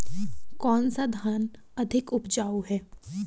कौन सा धान अधिक उपजाऊ है?